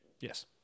Yes